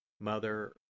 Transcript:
Mother